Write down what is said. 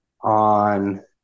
on